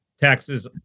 taxes